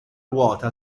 ruota